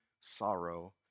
sorrow